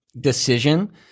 decision